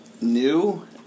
new